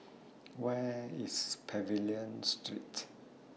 Where IS Pavilion Street